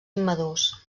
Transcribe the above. immadurs